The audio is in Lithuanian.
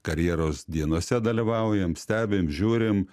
karjeros dienose dalyvaujam stebim žiūrim